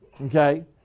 okay